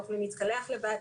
לא יכולים להתקלח לבד,